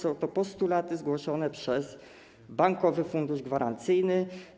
Są to postulaty zgłoszone przez Bankowy Fundusz Gwarancyjny.